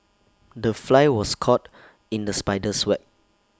the fly was caught in the spider's web